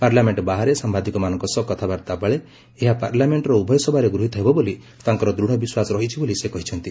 parliament ବାହାରେ ସାୟାଦିକମାନଙ୍କ ସହ କଥାବାର୍ତ୍ତାବେଳେ ଏହା ପାର୍ଲ୍ୟାମେଣ୍ଟର ଉଭୟ ସଭାରେ ଗୃହୀତ ହେବ ବୋଲି ତାଙ୍କର ଦୂଢ଼ ବିଶ୍ୱାସ ରହିଛି ବୋଲି ସେ କହିଛନ୍ତି